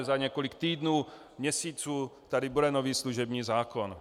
Za několik týdnů, měsíců tady bude nový služební zákon.